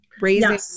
raising